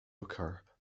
occur